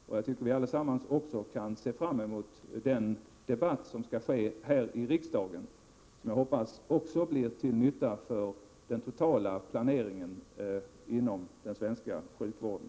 Jag tycker att vi allesammans också kan se fram mot den debatt som skall äga rum här i riksdagen och som jag hoppas också blir till nytta för den totala planeringen inom den svenska sjukvården.